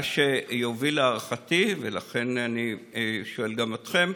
מה שיוביל, להערכתי, ולכן אני שואל גם אתכם,